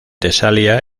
tesalia